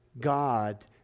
God